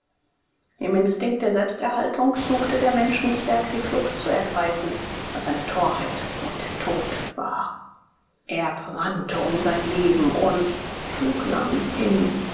im instinkt der selbsterhaltung suchte der menschenzwerg die flucht zu ergreifen was eine torheit und der tod war erb rannte um sein leben und schlug lang hin